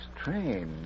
Strange